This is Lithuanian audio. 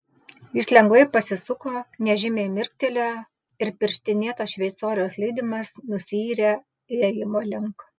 jis lengvai pasisuko nežymiai mirktelėjo ir pirštinėto šveicoriaus lydimas nusiyrė įėjimo link